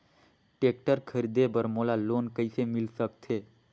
Tractor खरीदे बर मोला लोन कइसे मिल सकथे?